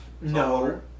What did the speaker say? no